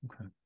Okay